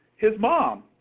his mom,